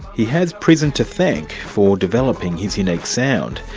he has prison to thank for developing his unique sound.